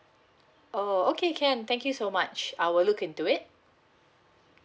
oh okay can thank you so much I will look into it